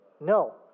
No